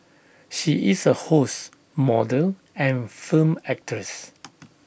she is A host model and film actress